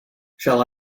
shall